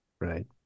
Right